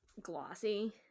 glossy